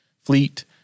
fleet